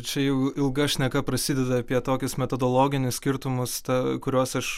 čia jau ilga šneka prasideda apie tokius metodologinius skirtumus ta kurios aš